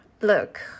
Look